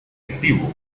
activo